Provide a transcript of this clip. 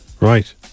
Right